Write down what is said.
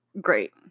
great